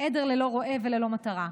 עדר ללא רועה וללא מטרה,